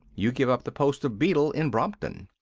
you give up the post of beadle in brompton.